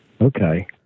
Okay